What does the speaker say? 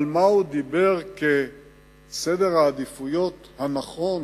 על מה הוא דיבר כסדר העדיפויות הנכון